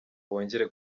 bongere